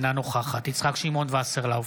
אינה נוכחת יצחק שמעון וסרלאוף,